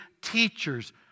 teachers